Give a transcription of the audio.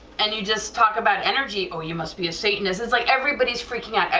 and you just talk about energy, oh you must be a satanist, it's like everybody's freaking out,